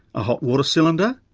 a hot water cylinder,